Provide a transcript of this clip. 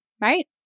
right